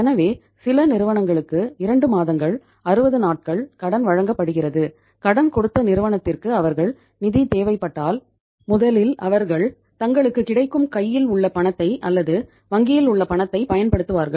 எனவே சில நிறுவனங்களுக்கு 2 மாதங்கள் 60 நாட்கள் கடன் வழங்கப்படுகிறது கடன் கொடுத்த நிறுவனத்திற்கு அவர்கள் நிதி தேவைப்பட்டால் முதலில் அவர்கள் தங்களுக்குக் கிடைக்கும் கையில் உள்ள பணத்தை அல்லது வங்கியில் உள்ள பணத்தை பயன்படுத்துவார்கள்